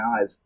eyes